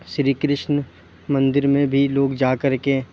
شری کرشن مندر میں بھی لوگ جا کر کے